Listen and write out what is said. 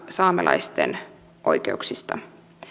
saamelaisten oikeuksista